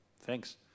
Thanks